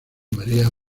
marea